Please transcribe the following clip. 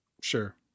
sure